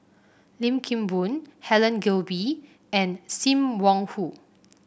Lim Kim Boon Helen Gilbey and Sim Wong Hoo